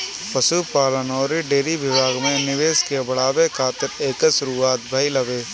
पशुपालन अउरी डेयरी विभाग में निवेश के बढ़ावे खातिर एकर शुरुआत भइल हवे